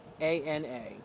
ANA